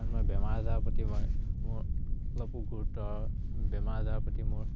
কাৰণ মই বেমাৰ আজাৰৰ প্ৰতি মই মোৰ অলপো গুৰুত্ব বেমাৰ আজাৰৰ প্ৰতি মোৰ